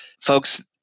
folks